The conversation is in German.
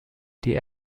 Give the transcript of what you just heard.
die